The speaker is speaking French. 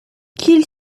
qu’il